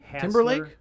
Timberlake